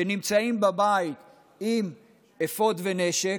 שנמצאים בבית עם אפוד ונשק,